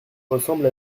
ressemble